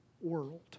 world